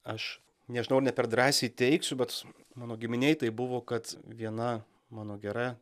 aš nežinau ar ne per drąsiai teigsiu bet mano giminėj tai buvo kad viena mano gera